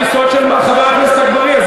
דיברתי, על התפיסות של חבר הכנסת אגבאריה.